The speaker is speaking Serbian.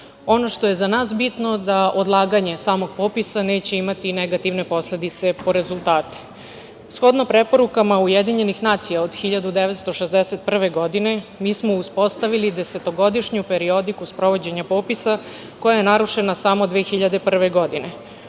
što je za nas bitno, odlaganje samog popisa neće imati negativne posledice po rezultate. Shodno preporukama UN od 1961. godine, mi smo uspostavili desetogodišnju periodiku sprovođenja popisa, koja je narušena samo 2001. godine. Ono